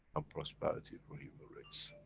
and prosperity for human race,